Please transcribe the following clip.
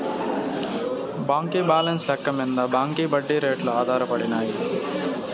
బాంకీ బాలెన్స్ లెక్క మింద బాంకీ ఒడ్డీ రేట్లు ఆధారపడినాయి